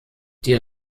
die